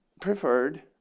preferred